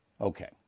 Okay